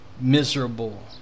miserable